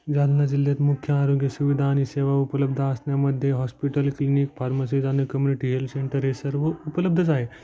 जालना जिल्ह्यात मुख्य आरोग्य सुविधा आणि सेवा उपलब्ध असण्यामध्ये हॉस्पिटल क्लिनिक फार्मसीज आणि कम्युनिटी हेल्थ सेंटर हे सर्व उपलब्धच आहे